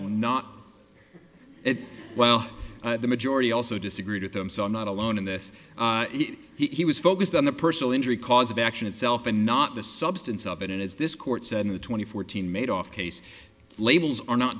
and not well the majority also disagreed with them so i'm not alone in this he was focused on the personal injury cause of action itself and not the substance of it as this court said the twenty fourteen made off case labels are not